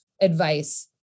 advice